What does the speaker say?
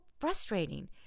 frustrating